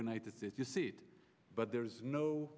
united states you see it but there's no